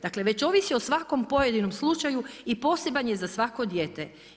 Dakle, već ovisi o svakom pojedinom slučaju i poseban je za svako dijete.